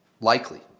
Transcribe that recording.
likely